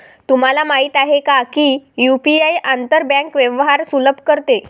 तुम्हाला माहित आहे का की यु.पी.आई आंतर बँक व्यवहार सुलभ करते?